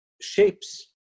shapes